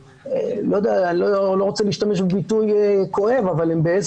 אני לא רוצה להשתמש בביטוי כואב אבל הם באיזה